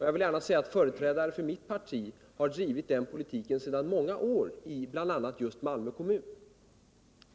Jag vill gärna säga att företrädare för det parti som jag tillhör har drivit den politiken sedan många år. bl.a. just i Malmö kommun.